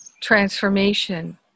transformation